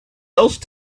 else